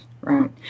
Right